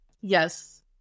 Yes